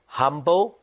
humble